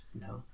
No